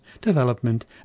development